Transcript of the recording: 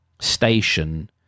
station